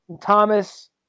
Thomas